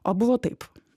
o buvo taip